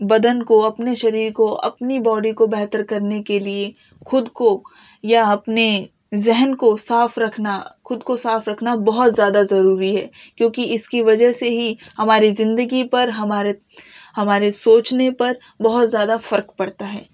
بدن کو اپنے شریر کو اپنی باڈی کو بہتر کرنے کے لیے خود کو یا اپنے ذہن کو صاف رکھنا خود کو صاف رکھنا بہت زیادہ ضروری ہے کیونکہ اس کی وجہ سے ہی ہماری زندگی پر ہمارے ہمارے سوچنے پر بہت زیادہ فرق پڑتا ہے